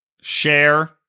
Share